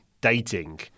dating